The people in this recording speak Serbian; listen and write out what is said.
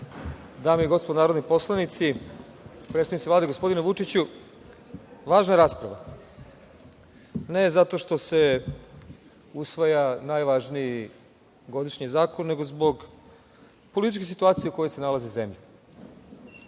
dame i gospodo narodni poslanici, predstavnici Vlade, gospodine Vučiću, važna je rasprava, ne zato što se usvaja najvažniji godišnji zakon, nego zbog političke situacije u kojoj se nalazi zemlja.I